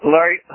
Larry